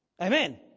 Amen